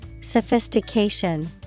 Sophistication